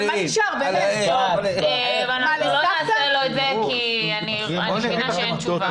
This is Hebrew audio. אל תעשה לו את זה, כי אני מבינה שאין תשובה.